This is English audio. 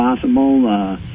possible